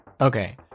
Okay